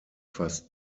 fast